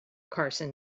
carson